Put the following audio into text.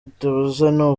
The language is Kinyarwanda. itubuzani